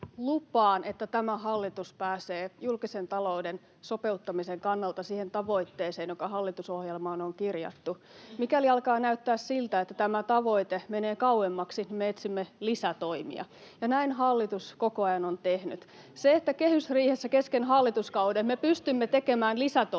että tämä hallitus pääsee julkisen talouden sopeuttamisen kannalta siihen tavoitteeseen, joka hallitusohjelmaan on kirjattu. Mikäli alkaa näyttää siltä, että tämä tavoite menee kauemmaksi, me etsimme lisätoimia, ja näin hallitus koko ajan on tehnyt. [Vilhelm Junnila: Missä Harakan setelit?] Kehysriihessä kesken hallituskauden me pystymme tekemään lisätoimia,